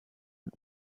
und